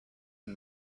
une